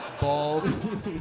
bald